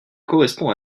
correspond